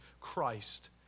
Christ